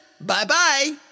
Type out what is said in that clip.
Bye-bye